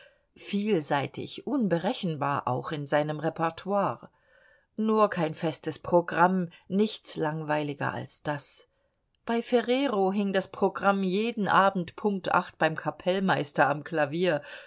vielseitig unberechenbar auch in seinem repertoire nur kein festes programm nichts langweiliger als das bei ferrero hing das programm jeden abend punkt acht beim kapellmeister am klavier